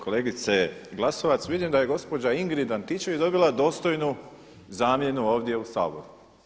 Kolegice Glasovac vidim da je gospođa Ingrid Antičević dobila dostojnu zamjenu ovdje u Saboru.